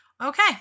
okay